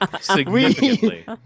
significantly